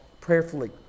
Prayerfully